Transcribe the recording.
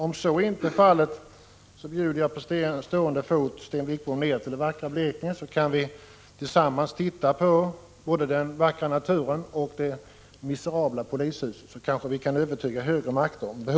Om så inte är fallet bjuder jag på stående fot Sten Wickbom med till det vackra Blekinge, så kan vi tillsammans titta på både den vackra naturen och det miserabla polishuset. Då kanske vi kan övertyga högre makter om Prot.